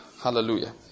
hallelujah